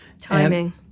Timing